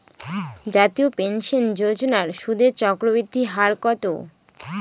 জাতীয় পেনশন যোজনার সুদের চক্রবৃদ্ধি হার কত?